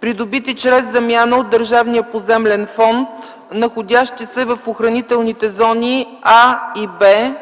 придобити чрез замяна от Държавния поземлен фонд, находящи се в охранителните зони „А” и „Б”